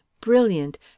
brilliant